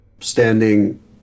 standing